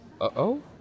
uh-oh